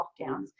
lockdowns